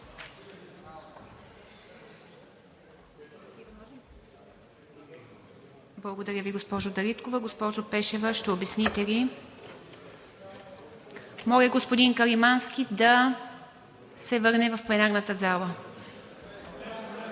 Благодаря Ви, госпожо Дариткова. Госпожо Пешева, ще обясните ли? Моля господин Каримански да се върне в пленарната зала.